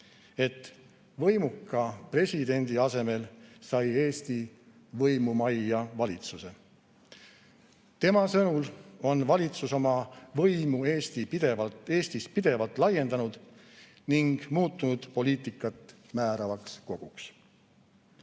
et võimuka presidendi asemel sai Eesti võimumaia valitsuse. Tema sõnul on valitsus oma võimu Eestis pidevalt laiendanud ning muutunud poliitikat määravaks koguks. Mina